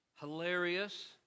hilarious